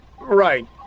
Right